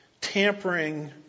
tampering